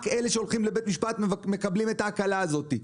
רק אלה שהולכים לבית משפט מקבלים את ההקלה הזאת.